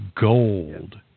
gold